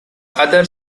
other